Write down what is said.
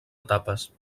etapes